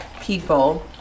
people